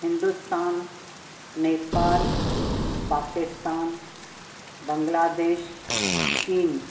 हिंदुस्तान नेपाल पाकिस्तान बांग्लादेश चीन